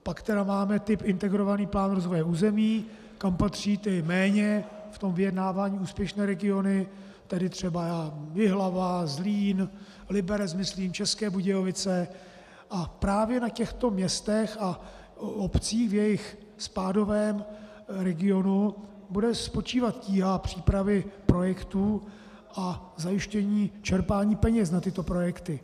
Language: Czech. Pak máme typ integrovaný plán rozvoje území, kam patří ty méně ve vyjednávání úspěšné regiony, tedy třeba Jihlava, Zlín, Liberec, myslím, České Budějovice, a právě na těchto městech a obcích, jejich spádovém regionu, bude spočívat tíha přípravy projektů a zajištění čerpání peněz na tyto projekty.